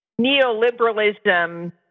neoliberalism